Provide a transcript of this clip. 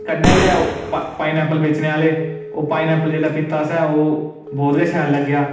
कन्नै गै pineapple बेचने आह्ले पाइन ऐपल जिसलै पीता असें बहुत गै शैल लग्गेआ